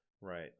right